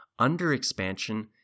underexpansion